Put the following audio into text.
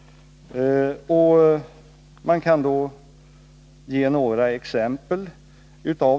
Låt mig ge några exempel.